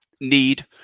need